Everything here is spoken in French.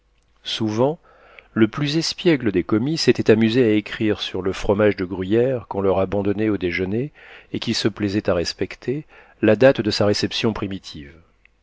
souvent le plus espiègle des commis s'était amusé à écrire sur le fromage de gruyère qu'on leur abandonnait au déjeuner et qu'ils se plaisaient à respecter la date de sa réception primitive